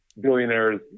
billionaires